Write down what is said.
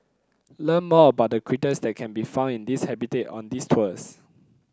learn more about the critters that can be found in this habitat on these tours